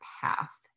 path